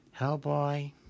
Hellboy